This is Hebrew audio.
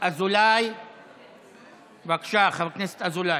אזולאי, בבקשה, חבר הכנסת אזולאי.